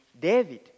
David